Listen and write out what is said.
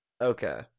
Okay